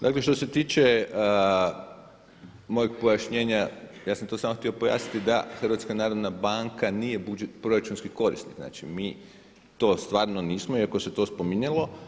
Dakle što se tiče mojih pojašnjenja, ja sam to samo htio pojasniti da HNB nije proračunski korisnik, znači mi to stvarno nismo iako se to spominjalo.